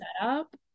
setup